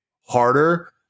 harder